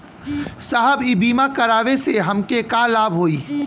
साहब इ बीमा करावे से हमके का लाभ होई?